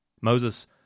Moses